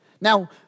Now